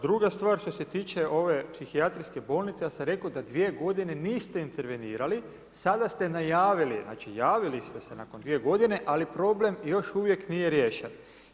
Druga stvar što se tiče ove Psihijatrijske bolnice, ja sam rekao da dvije godine niste intenvenirali, sada ste najavili, znači javili ste se nakon dvije godine, ali problem još uvijek nije riješen.